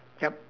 yup